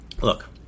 Look